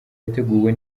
yateguwe